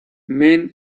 men